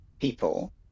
people